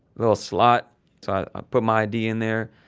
little slot, so i put my id in there.